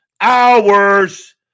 hours